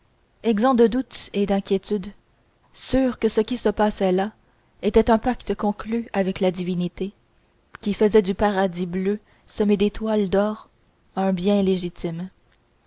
exempts de doute et d'inquiétude sûrs que ce qui se passait là était un pacte conclu avec la divinité qui faisait du paradis bleu semé d'étoiles d'or un bien légitime